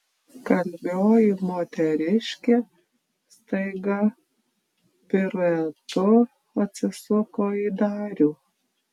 kalbioji moteriškė staiga piruetu atsisuko į darių